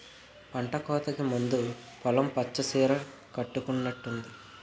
పంటకోతకు ముందు పొలం పచ్చ సీర కట్టుకునట్టుంది